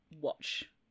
watch